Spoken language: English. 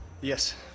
yes